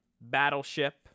Battleship